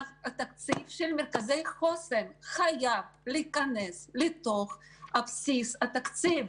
התקציב של מרכזי חוסן חייב להיכנס לתוך בסיס התקציב.